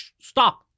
stop